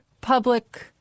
public